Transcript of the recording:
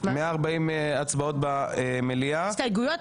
140 הצבעות במליאה --- 140 הסתייגויות?